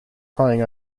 crying